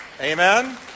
Amen